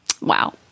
Wow